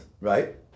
right